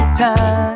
time